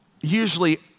usually